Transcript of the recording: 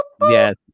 Yes